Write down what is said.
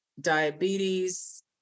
diabetes